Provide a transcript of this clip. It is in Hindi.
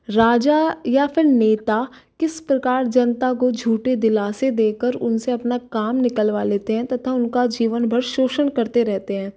राजा या फिर नेता किस प्रकार जनता को झूठे दिलासे देकर उनसे अपना काम निकलवा लेते हैं तथा उनका जीवन भर शोषण करते रहते हैं